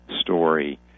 story